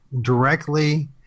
directly